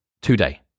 today